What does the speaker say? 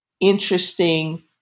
interesting